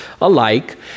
alike